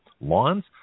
Lawns